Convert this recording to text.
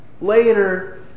later